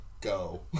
go